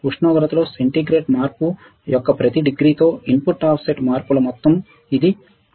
ఉష్ణోగ్రతలో సెంటీగ్రేడ్ మార్పు యొక్క ప్రతి డిగ్రీతో ఇన్పుట్ ఆఫ్సెట్ మార్పుల మొత్తం గురించి చెబుతుంది